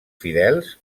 fidels